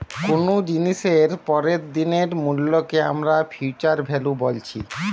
কুনো জিনিসের পরের দিনের মূল্যকে আমরা ফিউচার ভ্যালু বলছি